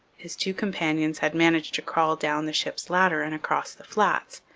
his two companions had managed to crawl down the ship's ladder and across the flats,